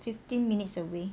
fifteen minutes away